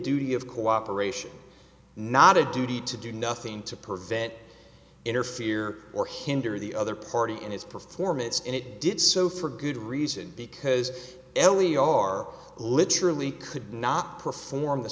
duty of co operation not a duty to do nothing to prevent interfere or hinder the other party in his performance and it did so for good reason because ellie are literally could not perform the